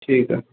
ठीक आहे